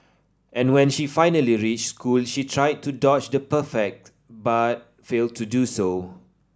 and when she finally reached school she tried to dodge the prefect but failed to do so